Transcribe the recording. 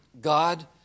God